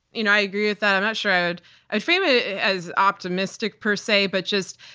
you know, i agree with that. i'm not sure i'd i'd frame it as optimistic per se, but just,